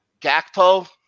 Gakpo